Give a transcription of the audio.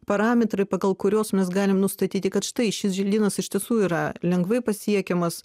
parametrai pagal kuriuos mes galim nustatyti kad štai šis želdynas iš tiesų yra lengvai pasiekiamas